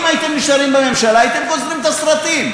אם הייתם נשארים בממשלה הייתם גוזרים את הסרטים.